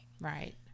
Right